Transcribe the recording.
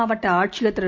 மாவட்டஆட்சியர் திரு